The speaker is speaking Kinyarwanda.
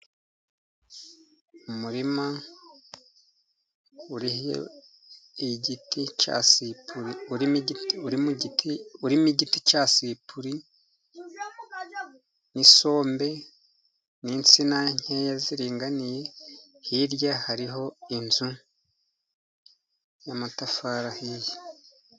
Umurima urimo igiti cya sipuri, n'isombe n'insina nkeya ziringaniye, hirya hariho inzu, yamatafari ahiye.